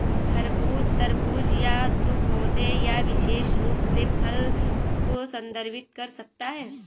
खरबूज, तरबूज या तो पौधे या विशेष रूप से फल को संदर्भित कर सकता है